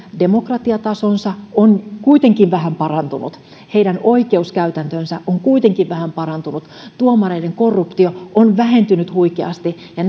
demokratiatasonsa on kuitenkin vähän parantunut heidän oikeuskäytäntönsä on kuitenkin vähän parantunut tuomareiden korruptio on vähentynyt huikeasti ja